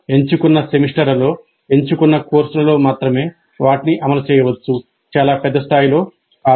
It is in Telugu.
ఎంచుకున్న సెమిస్టర్లలో ఎంచుకున్న కోర్సులలో మాత్రమే వాటిని అమలు చేయవచ్చు చాలా పెద్ద స్థాయిలో కాదు